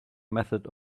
method